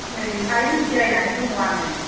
नैहाय जिरायनानै दङ आङो